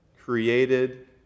created